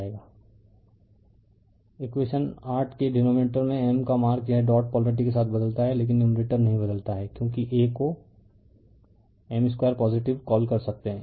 refer slide time 3435 equation 8 के denominator में M का मार्क यह डॉट पोलारिटी के साथ बदलता है लेकिन नुमरेटर नहीं बदलता है क्योंकि a को M 2 पॉजिटिव कॉल कर सकते है